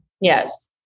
Yes